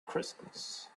christmas